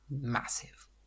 massive